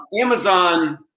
Amazon